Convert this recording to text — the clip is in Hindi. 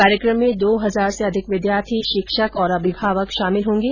कार्यक्रम में दो हजार से अधिक विद्यार्थी शिक्षक और अभिभावक शामिल होंगे